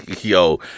Yo